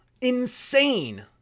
Insane